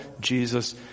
Jesus